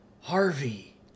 Harvey